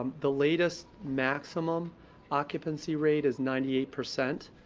um the latest maximum occupancy rate is ninety eight percent.